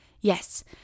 Yes